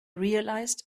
realized